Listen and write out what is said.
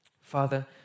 Father